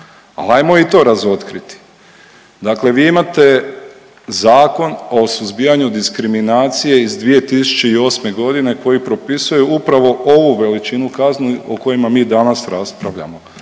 ajmo i to razotkriti. Dakle, vi imate Zakon o suzbijanju diskriminacije iz 2008. godine koji propisuje upravo ovu veličinu kazni o kojima mi danas raspravljamo.